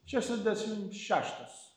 šešiasdešim šeštas